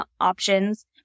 options